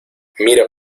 mira